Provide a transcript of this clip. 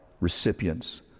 recipients